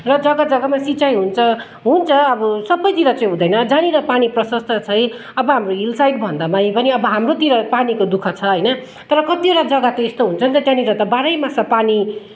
र जग्गा जग्गामा सिँचाई हुन्छ हुन्छ अब सबैतिर चाहिँ हुँदैन जहाँनिर पानी प्रशस्त छ है अब हाम्रो हिलसाइड भन्दामै पनि अब हाम्रोतिर पानीको दुःख छ होइन तर कतिवटा जग्गा त यस्तो हुन्छन् त त्यहाँनिर त बाह्रैमास पानी